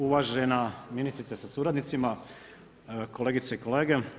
Uvažena ministrice sa suradnicima, kolegice i kolege.